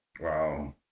Wow